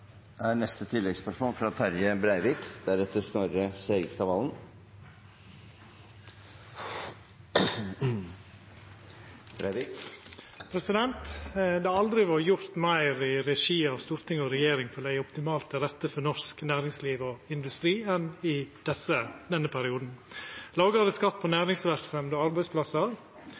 Det har aldri vore gjort meir i regi av storting og regjering for å leggja optimalt til rette for norsk næringsliv og industri enn i denne perioden: lågare skatt på næringsverksemd og arbeidsplassar,